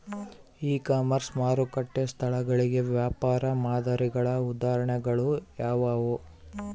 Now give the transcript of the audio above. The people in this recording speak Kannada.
ಇ ಕಾಮರ್ಸ್ ಮಾರುಕಟ್ಟೆ ಸ್ಥಳಗಳಿಗೆ ವ್ಯಾಪಾರ ಮಾದರಿಗಳ ಉದಾಹರಣೆಗಳು ಯಾವುವು?